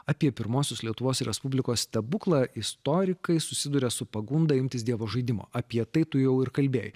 apie pirmosios lietuvos respublikos stebuklą istorikai susiduria su pagunda imtis dievo žaidimo apie tai tu jau ir kalbėjai